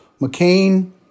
McCain